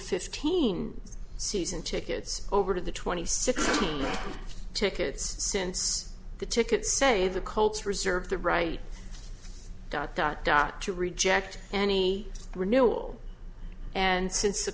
fifteen season tickets over to the twenty six tickets since the tickets say the colts reserve the right dot dot dot to reject any renewal and since the